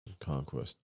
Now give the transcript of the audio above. Conquest